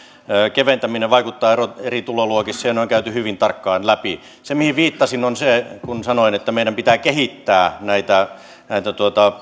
keventäminen vaikuttaa eri tuloluokissa ja ne on käyty hyvin tarkkaan läpi se mihin viittasin on se kuten sanoin että meidän pitää kehittää näitä näitä